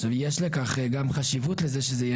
עכשיו יש לכך גם חשיבות לזה שזה יהיה